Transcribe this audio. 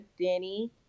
Danny